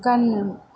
गान्नो